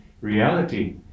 reality